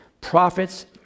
Prophets